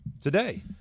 today